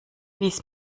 lies